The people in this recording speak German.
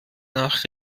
nach